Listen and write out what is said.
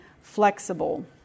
flexible